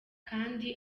kandi